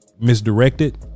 Misdirected